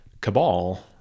Cabal